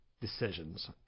decisions